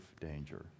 danger